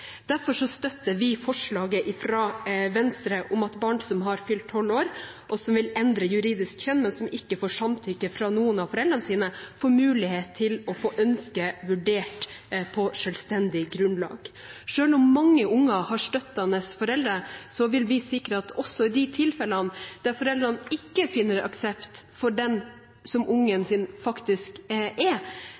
Derfor støtter vi forslaget fra Venstre om at unger som har fylt tolv år, og som vil endre juridisk kjønn, men som ikke får samtykke fra noen av foreldrene sine, får mulighet til å få ønsket vurdert på selvstendig grunnlag. Selv om mange unger har støttende foreldre, vil vi sikre at også i de tilfellene der foreldrene ikke finner aksept for den som ungen deres faktisk er,